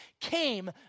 came